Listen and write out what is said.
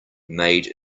made